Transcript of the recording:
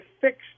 fixed